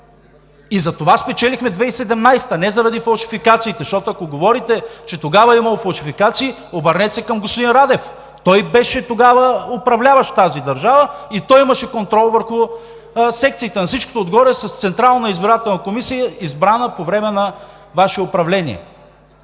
И затова спечелихме 2017 г., не заради фалшификациите. Защото, ако говорите, че тогава е имало фалшификации, обърнете се към господин Радев, той беше тогава управляващ тази държава и той имаше контрол върху секциите, на всичкото отгоре с Централна избирателна комисия, избрана по време на Ваше управление.